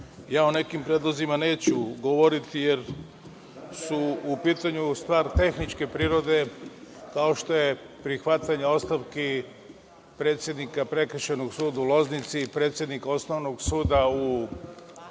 Ja o nekim predlozima neću govoriti jer su u pitanju stvari tehničke prirode, kao što je prihvatanje ostavki predsednika Prekršajnog suda u Loznici i predsednika Osnovnog suda u